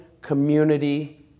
community